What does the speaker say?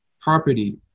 property